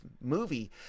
movie